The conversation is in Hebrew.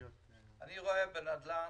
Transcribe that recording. אני רואה בנדל"ן,